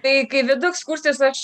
tai kai vedu ekskursijas aš